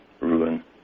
ruin